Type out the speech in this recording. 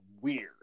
weird